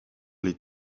les